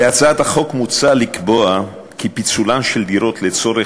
בהצעת החוק מוצע לקבוע כי פיצול של דירות לצורך